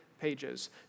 pages